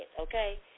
okay